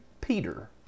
Peter